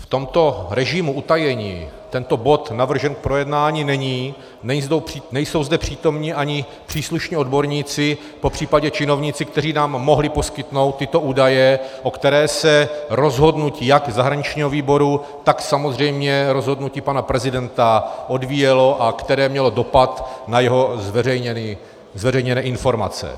V tomto režimu utajení tento bod navržen k projednání není, nejsou zde přítomni ani příslušní odborníci, popřípadě činovníci, kteří nám mohli poskytnout tyto údaje, o které se rozhodnutí jak zahraničního výboru, tak samozřejmě rozhodnutí pana prezidenta odvíjelo a které měly dopad na jeho zveřejněné informace.